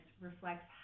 reflects